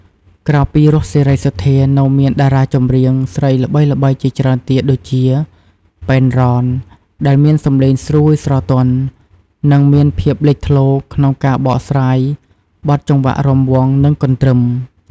ក្រៅពី រស់ សេរីសុទ្ធា នៅមានតារាចម្រៀងស្រីល្បីៗជាច្រើនទៀតដូចជា ប៉ែន រ៉ន ដែលមានសំឡេងស្រួយស្រទន់ និងមានភាពលេចធ្លោក្នុងការបកស្រាយបទចង្វាក់រាំវង់ និងកន្ទ្រឹម។